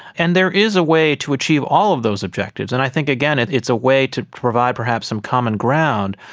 and there is a way to achieve all of those objectives, and i think again it's it's a way to provide perhaps some common ground.